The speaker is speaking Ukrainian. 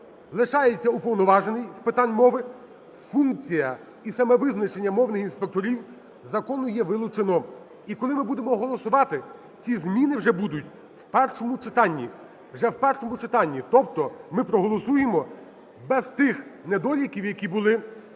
Лишається Уповноважений з питань мови, функція і саме визначення мовних інспекторів з закону є вилучено. І коли ми будемо голосувати, ці зміни вже будуть в першому читанні, вже в першому читанні. Тобто ми проголосуємо без тих недоліків, які були